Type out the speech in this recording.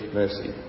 mercy